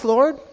Lord